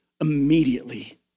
immediately